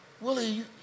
Willie